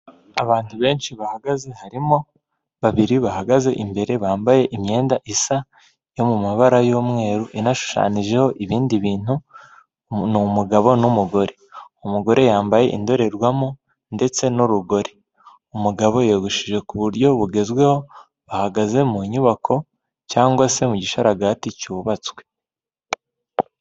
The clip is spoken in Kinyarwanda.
Abantu benshi bahagaze harimo babiri bahagaze imbere bambaye imyenda isa yo mu mabara y'umweru inashushanyijeho ibindi bintu ni umugabo n'umugore, umugore yambaye indorerwamo ndetse n'urugori, umugabo yiyogoshesheje ku buryo bugezweho bahagaze mu nyubako cyangwa se mu gisharagati cyubatswe.